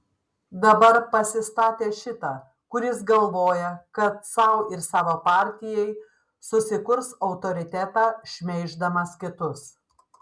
dabar pasistatė šitą kuris galvoja kad sau ir savo partijai susikurs autoritetą šmeiždamas kitus